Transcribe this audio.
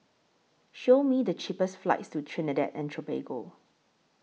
Show Me The cheapest flights to Trinidad and Tobago